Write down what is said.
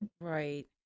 right